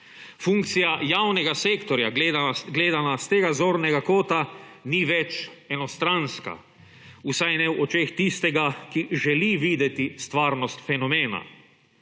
Funkcija javnega sektorja, gledana s tega zornega kota, ni več enostranska. Vsaj ne v očeh tistega, ki želi videti stvarnost fenomena.